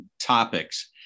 topics